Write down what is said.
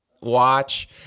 watch